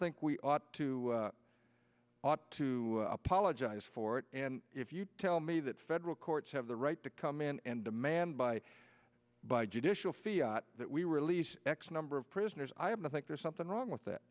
think we ought to ought to apologize for it and if you tell me that federal courts have the right to come in and demand by by judicial fiat that we release x number of prisoners i am think there's something wrong with that